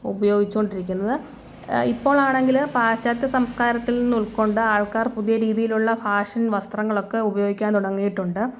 ഉപയോഗിച്ചുകൊണ്ടിരിക്കുന്നത് ഇപ്പോഴാണെങ്കില് പാശ്ചാത്യ സംസ്കാരത്തിൽ നിന്ന് ഉൾക്കൊണ്ട ആൾക്കാർ പുതിയ രീതിയിലുള്ള ഫാഷൻ വസ്ത്രങ്ങളൊക്കെ ഉപയോഗിക്കാൻ തുടങ്ങിയിട്ടുണ്ട്